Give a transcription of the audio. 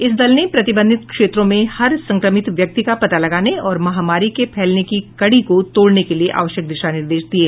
इस दल ने प्रतिबंधित क्षेत्रों में हर संक्रमित व्यक्ति का पता लगाने और महामारी के फैलने की कड़ी को तोड़ने के लिए आवश्यक दिशा निर्देश दिये